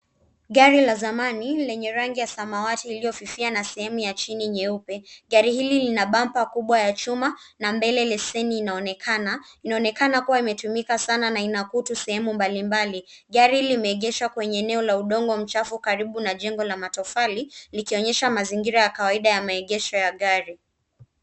Gari la zamani lenye rangi ya samawati iliyofifia na sehemu ya chini nyeupe .Gari hili lina bampa kubwa ya chuma na mbele leseni inaonekana. Inaonekana kuwa imetumika sana na ina kutu sehemu mbali mbali .Gari limeegeshwa kwenye eneo la udongo mchafu karibu na jengo la matofali, likionyesha mazingira ya kawaida ya maegesho ya gari.